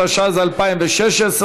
התשע"ז 2016,